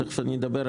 ותכף אני אומר,